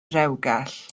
rewgell